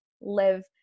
live